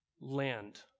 land